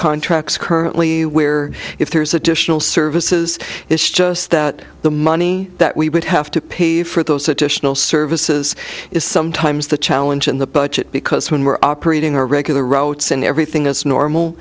contracts currently where if there's additional services it's just that the money that we would have to pay for those additional services is sometimes the challenge in the budget because when we're operating our regular routes and everything is normal